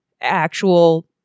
actual